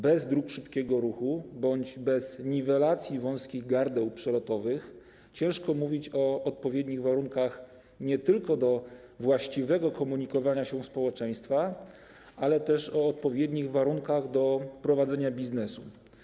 Bez dróg szybkiego ruchu bądź bez niwelacji wąskich gardeł przelotowych ciężko mówić nie tylko o odpowiednich warunkach do właściwego komunikowania się społeczeństwa, ale też o odpowiednich warunkach do prowadzenia biznesu.